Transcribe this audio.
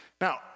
Now